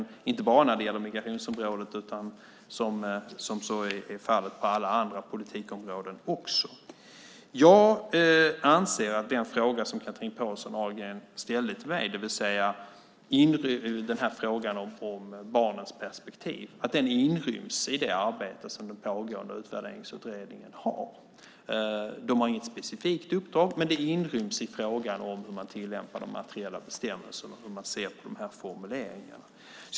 Så är det inte bara när det gäller migrationsområdet, utan så är fallet också på alla andra politikområden. Jag anser att den fråga som Chatrine Pålsson Ahlgren ställde till mig, det vill säga frågan om barnens perspektiv, inryms i det arbete som den pågående Utvärderingsutredningen har. De har inget specifikt uppdrag, men detta inryms i frågan om hur man tillämpar de materiella bestämmelserna, hur man ser på de här formuleringarna.